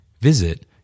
Visit